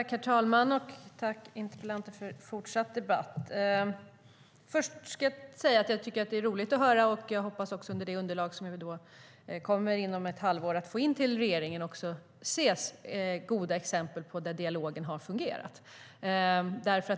Herr talman! Tack, interpellanten, för fortsatt debatt! Först ska jag säga att jag tycker att det är roligt att höra goda exempel på att dialogen har fungerat, och jag hoppas också att det underlag som vi inom ett halvår kommer att få in till regeringen kommer att innehålla sådana exempel.